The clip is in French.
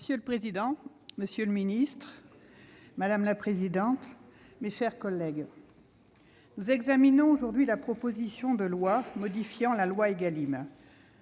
Monsieur le président, monsieur le ministre, mes chers collègues, nous examinons aujourd'hui la proposition de loi modifiant la loi Égalim.